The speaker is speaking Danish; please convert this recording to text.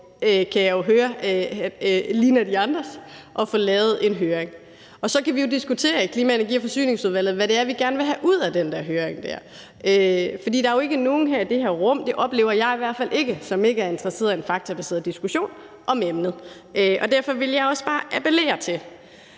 kan jeg jo høre, ligner de andres, nemlig at få lavet en høring. Så kan vi jo diskutere i Klima-, Energi- og Forsyningsudvalget, hvad det er, vi gerne vil have ud af den der høring, for der er jo ikke nogen i det her rum – det oplever jeg i hvert fald ikke – som ikke er interesseret i en faktabaseret diskussion om emnet. Derfor vil jeg også bare appellere til,